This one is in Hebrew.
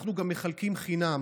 אנחנו גם מחלקים חינם